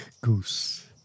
goose